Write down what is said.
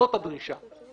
זאת הדרישה.